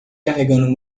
carregando